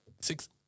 Six